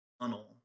tunnel